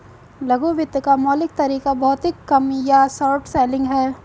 लघु वित्त का मौलिक तरीका भौतिक कम या शॉर्ट सेलिंग है